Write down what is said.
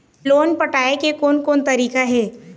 Loan पटाए के कोन कोन तरीका हे?